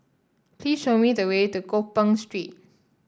please show me the way to Gopeng Street